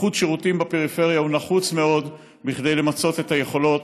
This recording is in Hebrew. איחוד שירותים בפריפריה נחוץ מאוד כדי למצות את היכולות,